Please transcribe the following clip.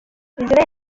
israel